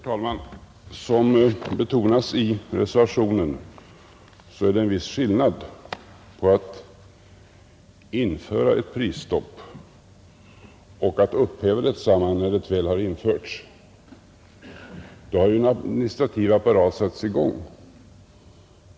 Herr talman! Som betonas i reservationen är det en viss skillnad på att införa ett prisstopp och att upphäva detsamma när det väl har införts. Då har ju en administrativ apparat satts i gång.